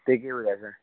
તે કેવું રહેશે